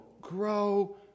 grow